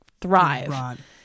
thrive